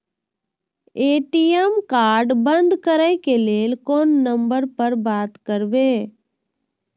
ATM card बंद करे के लेल कोन नंबर पर बात करबे?